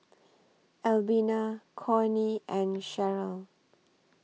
Albina Cornie and Sherryl